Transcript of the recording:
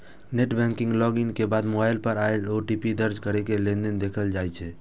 net banking log in के बाद mobile पर आयल ओ.टी.पी दर्ज कैरके लेनदेन देखल जा सकैए